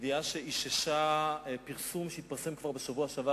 ידיעה שאיששה פרסום שפרסם כבר בשבוע שעבר